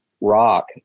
rock